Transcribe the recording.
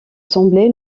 semblait